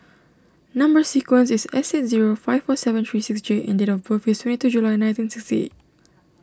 Number Sequence is S eight zero five four seven three six J and date of birth is twenty two July nineteen sixty eight